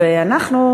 ואנחנו,